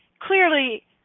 clearly